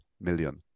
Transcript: million